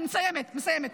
אני מסיימת, מסיימת.